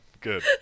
good